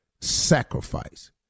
Sacrifice